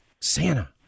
Santa